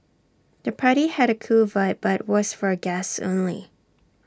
the party had A cool vibe but was for guests only